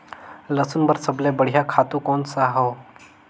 लसुन बार सबले बढ़िया खातु कोन सा हो?